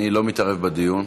אני לא מתערב בדיון.